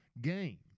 game